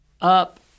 up